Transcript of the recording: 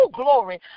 glory